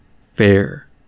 fair